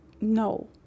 No